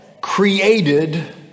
created